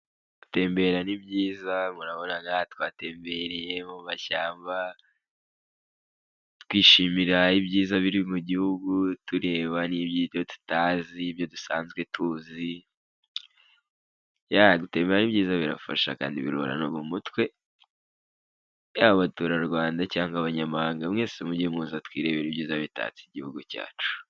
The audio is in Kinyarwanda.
Gutembera ni byiza urabona twatembereye mu mashyamba, twishimira ibyiza biri mu gihugu, tureba tutazi nibyo dusanzwe tuzi, ya biba ari byiza birafasha kandi mu mutwe, yaba abaturarwanda cyangwa abanyamahanga, mwese mujye muze twirebere ibyiza bitatse igihugu cyacu.